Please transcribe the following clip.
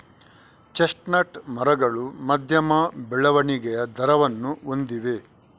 chestnut ಮರಗಳು ಮಧ್ಯಮ ಬೆಳವಣಿಗೆಯ ದರವನ್ನು ಹೊಂದಿವೆ